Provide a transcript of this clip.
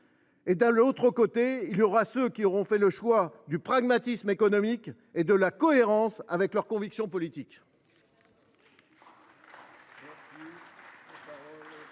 des éleveurs, et il y aura ceux qui auront fait le choix du pragmatisme économique et de la cohérence avec leurs convictions politiques.